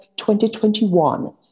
2021